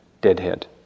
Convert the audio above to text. deadhead